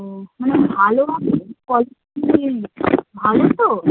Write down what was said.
ও মানে ভালো হবে কোয়ালিটি ভালো তো